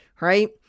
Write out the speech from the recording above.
right